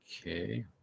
Okay